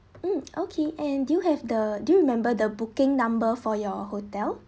mm okay and do you have the do you remember the booking number for your hotel